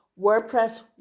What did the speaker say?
WordPress